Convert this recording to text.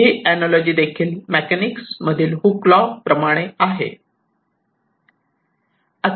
ही analogy देखील mechanics मधील Hooke law Hooke's law प्रमाणे आहे